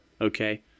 Okay